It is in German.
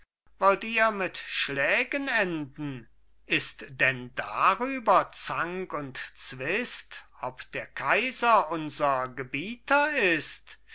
wollt ihr mit schlägen enden ist denn darüber zank und zwist ob der kaiser unser gebieter ist